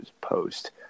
post